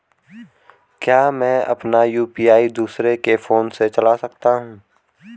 क्या मैं अपना यु.पी.आई दूसरे के फोन से चला सकता हूँ?